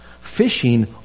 Fishing